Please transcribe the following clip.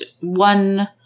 one